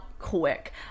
quick